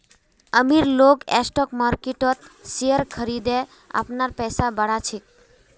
अमीर लोग स्टॉक मार्किटत शेयर खरिदे अपनार पैसा बढ़ा छेक